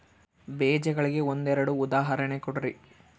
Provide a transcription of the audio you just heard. ಬೇಜಗಳಿಗೆ ಒಂದೆರಡು ಉದಾಹರಣೆ ಕೊಡ್ರಿ?